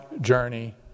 journey